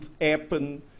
happen